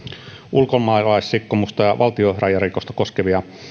ulkomaalaisrikkomusta ja valtionrajarikosta koskevia